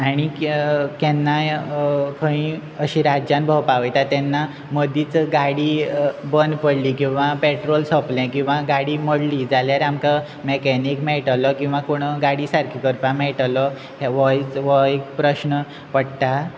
आनी केन्नाय खंय अशी राज्यान भोंवपा वयता तेन्ना मदींच गाडी बंद पडली किंवां पेट्रोल सोंपलें किंवां गाडी मोडली जाल्यार आमकां मॅकॅनीक मेळटलो किंवा कोण गाडी सारकी करपाक मेळटलो हो एक प्रस्न पडटा